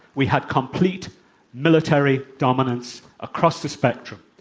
we had complete military dominance across the spectrum.